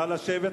נא לשבת,